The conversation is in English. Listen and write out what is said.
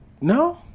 no